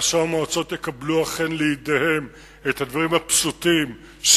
ראשי המועצות יקבלו אכן לידיהם את הדברים הפשוטים,